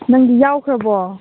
ꯅꯪꯗꯤ ꯌꯥꯎꯈ꯭ꯔꯕꯣ